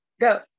go